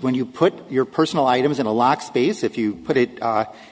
when you put your personal items in a lock space if you put it